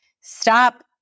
stop